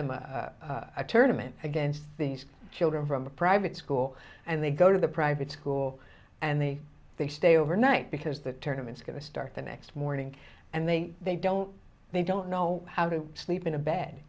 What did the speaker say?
them a tournaments against these children from the private school and they go to the private school and they they stay overnight because the tournaments going to start the next morning and they they don't they don't know how to sleep in a bad